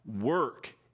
work